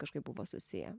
kažkaip buvo susiję